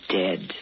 dead